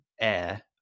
air